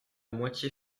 moitié